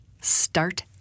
Start